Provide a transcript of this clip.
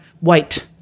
white